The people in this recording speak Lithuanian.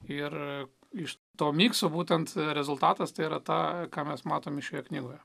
ir iš to mikso būtent rezultatas tai yra tą ką mes matome šioje knygoje